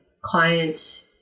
clients